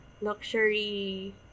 luxury